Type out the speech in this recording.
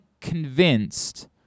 convinced